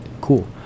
cool